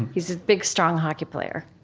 he's this big, strong hockey player.